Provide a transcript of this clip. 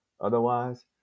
Otherwise